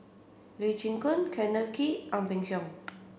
Lee Chin Koon Kenneth Kee Ang Peng Siong